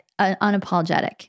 unapologetic